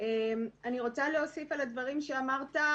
אני רוצה להוסיף על הדברים שאמר טל,